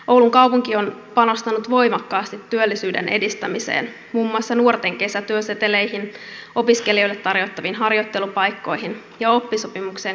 oulun kaupunki on panostanut voimakkaasti työllisyyden edistämiseen muun muassa nuorten kesätyöseteleihin opiskelijoille tarjottaviin harjoittelupaikkoihin ja oppisopimuksen kuntalisään